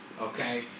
Okay